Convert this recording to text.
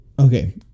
Okay